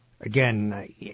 Again